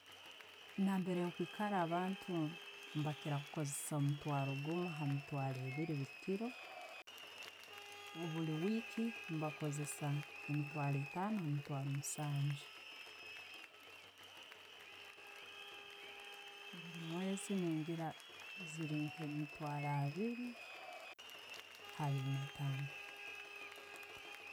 Nambiire nkwikara, abantu, bakiira kukozesa omutwaro gumu ha mitwalo ebiiri bulikiiro, omuliweeki nebakozessa emitwaro etaano obundi musanju. Omuwezi nengira ziiri nka mitwalo abiiri, habiiri ne'etaano.